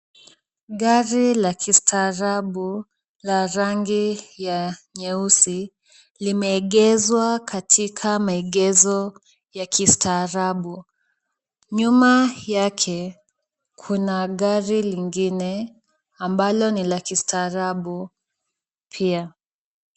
Gari la kistaarabu la rangi ya nyeusi, limeegeshwa katika maegesho ya kistaarabu, nyuma yake kuna gari lingine ambalo ni la kistaarabu pia.